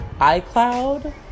iCloud